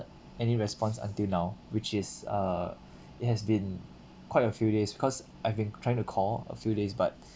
any response until now which is uh it has been quite a few days because I've been trying to call a few days but